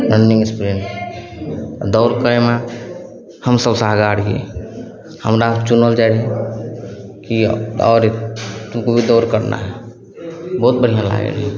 running spirit नहि दौड़ करैमे हम सबसे आगाँ रहिए हमरा चुनल जाए रहै कि और तुमको भी दौड़ करना है बहुत बढ़िआँ लागै रहै